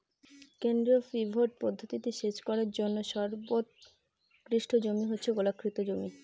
কেন্দ্রীয় পিভট পদ্ধতিতে সেচ করার জন্য সর্বোৎকৃষ্ট জমি হচ্ছে গোলাকৃতি জমি